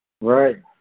Right